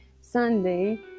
Sunday